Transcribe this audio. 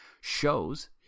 shows